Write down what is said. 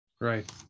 right